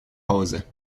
hause